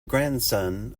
grandson